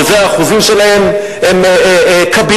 שהאחוזים שלהם כבירים,